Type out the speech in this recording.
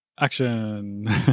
Action